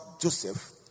Joseph